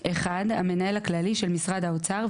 (1) המנהל הכללי של משרד האוצר,